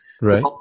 Right